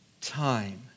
time